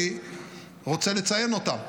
אני רוצה לציין אותם.